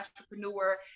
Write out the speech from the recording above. entrepreneur